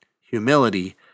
Humility